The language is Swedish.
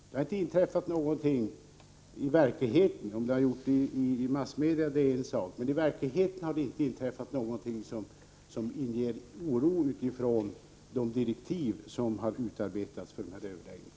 Det har inte inträffat någonting i verkligheten — om det har gjort det i massmedia är en annan sak — som inger oro med hänsyn till de direktiv som har utarbetats för dessa överläggningar.